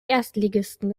erstligisten